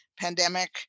pandemic